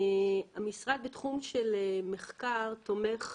אני אומר כך, המשרד בתחום של מחקר תומך,